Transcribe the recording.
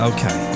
Okay